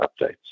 updates